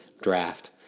draft